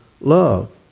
love